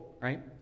right